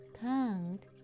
count